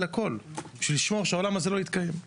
הכול כדי לשמור שהעולם הזה ימשיך להתקיים.